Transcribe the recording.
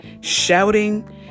shouting